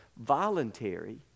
Voluntary